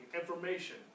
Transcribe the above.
information